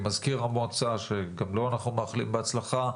ועם מזכיר המועצה שגם לו אנחנו מאחלים בהצלחה,